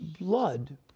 Blood